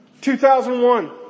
2001